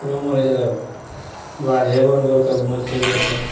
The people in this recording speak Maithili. ककरो मोन होइ छै तऽ बाधेबोन भोरके घुमै ले चलि जाइ छै